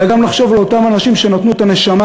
אלא נחשוב גם על אלה שנתנו את הנשמה